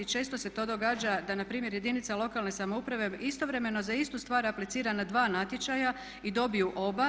Često se to događa da na primjer jedinica lokalne samouprave istovremeno za istu stvar aplicira na dva natječaja i dobiju oba.